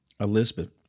Elizabeth